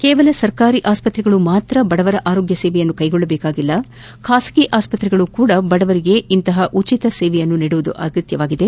ಕೇವಲ ಸರ್ಕಾರಿ ಅಸ್ಪತ್ರೆಗಳು ಮಾತ್ರ ಬಡವರ ಆರೋಗ್ಯ ಸೇವೆಯನ್ನು ಕೈಗೊಳ್ಳ ಬೇಕಾಗಿಲ್ಲ ಖಾಸಗಿ ಆಸ್ಪತ್ರೆಗಳೂ ಸಹ ಇಂತಹ ಉಚಿತ ಸೇವೆಯನ್ನು ನೀಡುವುದು ಅಗತ್ಯವಾಗಿದೆ